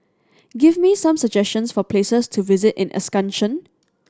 give me some suggestions for places to visit in Asuncion